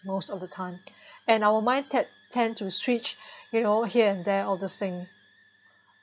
most of the time and our mind ten~ tend to switch you know here and there all those thing